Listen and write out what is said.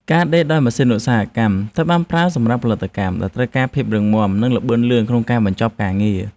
ការដេរដោយម៉ាស៊ីនឧស្សាហកម្ម ត្រូវបានប្រើសម្រាប់ផលិតកម្មដែលត្រូវការភាពរឹងមាំខ្ពស់ និងល្បឿនលឿនក្នុងការបញ្ចប់ការងារ។